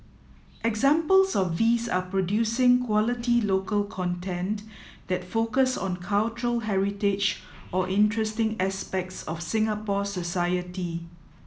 examples of these are producing quality local content that focus on cultural heritage or interesting aspects of Singapore society